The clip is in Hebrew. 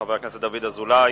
חבר הכנסת דוד אזולאי.